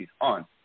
on